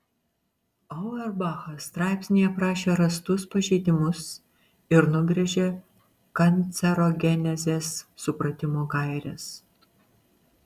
auerbachas straipsnyje aprašė rastus pažeidimus ir nubrėžė kancerogenezės supratimo gaires